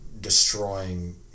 destroying